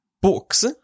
books